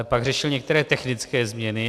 Pak řešil některé technické změny.